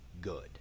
good